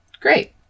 Great